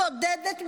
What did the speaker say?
שמסתודדת.